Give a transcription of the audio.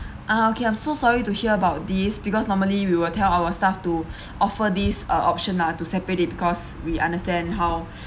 ah okay I'm so sorry to hear about these because normally we will tell our staff to offer these uh option lah to separate it because we understand how